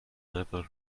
never